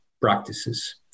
practices